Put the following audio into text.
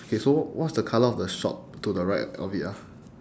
okay so what's the colour of the shop to the right of it ah